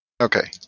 Okay